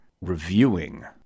reviewing